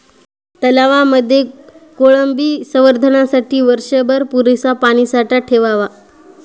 तलावांमध्ये कोळंबी संवर्धनासाठी वर्षभर पुरेसा पाणीसाठा ठेवावा